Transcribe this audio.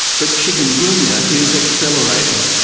but chikungunya is accelerating.